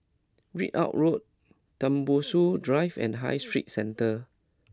Ridout Road Tembusu Drive and High Street Centre